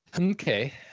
Okay